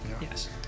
Yes